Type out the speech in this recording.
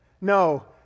no